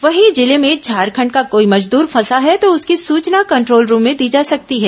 वहीं जिले में झारखंड का कोई मजदूर फंसा है तो उसकी सूचना कंट्रोल रूम में दी जा सकती है